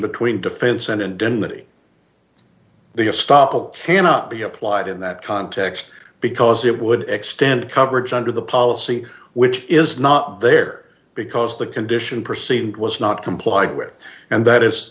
between defense and indemnity the a stop cannot be applied in that context because it would extend coverage under the policy which is not there because the condition proceed was not complied with and that is